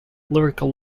lyrical